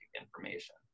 information